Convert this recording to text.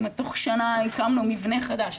תוך שנה הקמנו מבנה חדש,